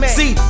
See